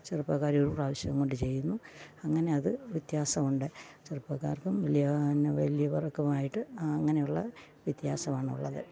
ചെറുപ്പക്കാരൊരു പ്രാവശ്യം കൊണ്ട് ചെയ്യുന്നു അങ്ങനെ അത് വ്യത്യാസമുണ്ട് ചെറുപ്പക്കാര്ക്കും വലിയ എന്നാൽ വലിയവർക്കുമായിട്ട് ആ അങ്ങനെ ഉള്ള വ്യത്യാസമാണുള്ളത്